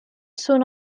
soon